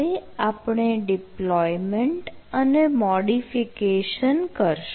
હવે આપણે ડિપ્લોયમેન્ટ અને મોડિફિકેશન કરીશું